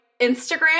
Instagram